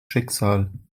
schicksal